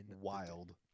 wild